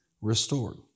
restored